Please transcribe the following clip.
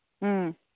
ꯎꯝ